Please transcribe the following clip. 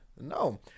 No